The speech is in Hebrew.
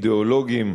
אידיאולוגיים,